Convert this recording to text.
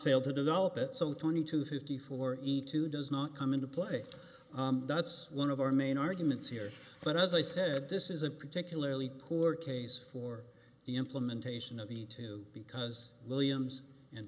failed to develop it so twenty to fifty four to does not come into play that's one of our main arguments here but as i said this is a particularly poor case for the implementation of the two because williams and